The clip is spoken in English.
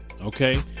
Okay